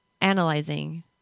analyzing